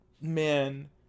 man